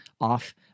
off